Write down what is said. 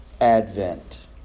Advent